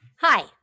Hi